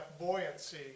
buoyancy